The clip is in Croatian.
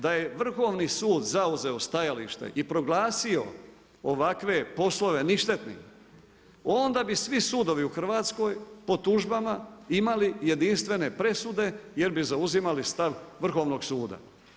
Da je Vrhovni sud zauzeo stajalište i proglasio ovakve poslove ništetnim, onda bi svi sudovi u Hrvatskoj po tužbama imali jedinstvene presude jer bi zauzimali stav Vrhovnog suda.